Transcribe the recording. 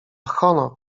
honor